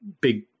big